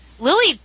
Lily